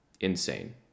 insane